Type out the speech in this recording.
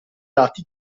dati